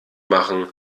machen